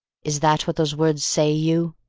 is that what those words say, you?